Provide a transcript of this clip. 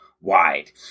wide